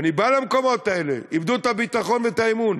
אני בא למקומות האלה, איבדו את הביטחון ואת האמון.